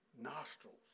nostrils